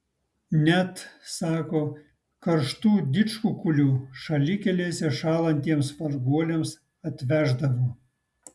net sako karštų didžkukulių šalikelėse šąlantiems varguoliams atveždavo